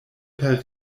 per